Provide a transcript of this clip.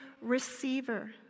receiver